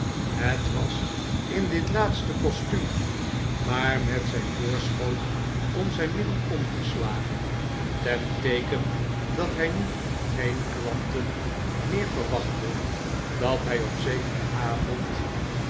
het was in dit laatste costuum maar met zijn voorschoot om zijn middel omgeslagen ten teeken dat hij nu geen klanten meer verwachtte dat hij op zekeren avond